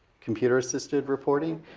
computer-assisted reporting.